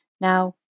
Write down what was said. Now